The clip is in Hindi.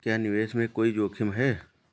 क्या निवेश में कोई जोखिम है?